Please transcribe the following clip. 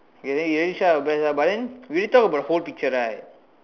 ya then we already try our best ah but then we already talk about the whole picture right